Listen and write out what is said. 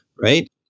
right